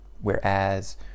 whereas